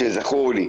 שזכור לי,